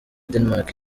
danemark